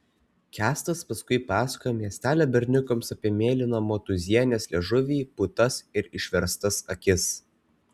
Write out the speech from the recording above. kęstas paskui pasakojo miestelio berniukams apie mėlyną motūzienės liežuvį putas ir išverstas akis